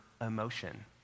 emotion